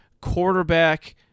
quarterback